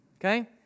okay